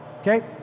okay